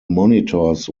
monitors